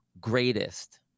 greatest